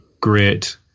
great